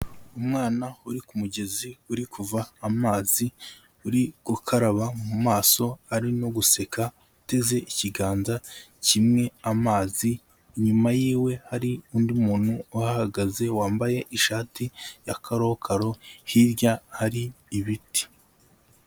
Umwana uri ku mugezi uri kuva amazi, uri gukaraba mu maso ari no guseka, uteze ikiganza kimwe amazi, inyuma yiwe hari undi muntu uhahagaze wambaye ishati ya karokaro, hirya hari ibiti.